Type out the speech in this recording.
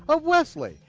ah wesley,